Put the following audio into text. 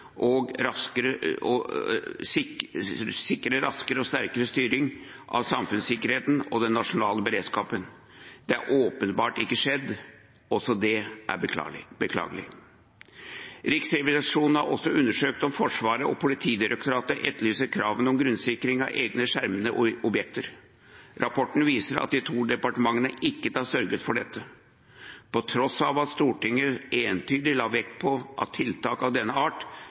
og raskere styring av samfunnssikkerheten og den nasjonale beredskapen. Det har åpenbart ikke skjedd. Også det er beklagelig. Riksrevisjonen har også undersøkt om Forsvaret og Politidirektoratet etterlever kravene om grunnsikring av egne skjermingsverdige objekter. Rapporten viser at de to departementene ikke har sørget for dette, på tross av at Stortinget entydig la vekt på at tiltak av denne art